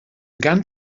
began